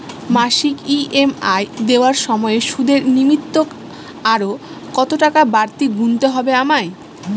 মাসিক ই.এম.আই দেওয়ার সময়ে সুদের নিমিত্ত আরো কতটাকা বাড়তি গুণতে হবে আমায়?